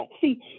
see